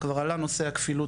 כבר עלה נושא הכפילות,